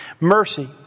mercy